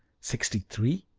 sixty-three!